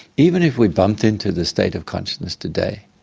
even if we bumped into the state of consciousness today,